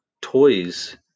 toys